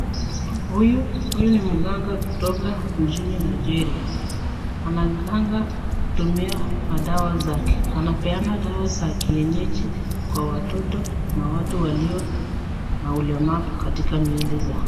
Huyu ni mganga kutoka nchini Nigeria anaganga kutumia madawa zake. Anapeana dawa za kienyeji kwa watoto na watu walio na ulemavu katika miili zao.